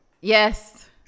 Yes